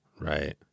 Right